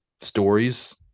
stories